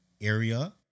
area